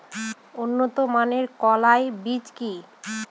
উন্নত মানের কলাই বীজ কি?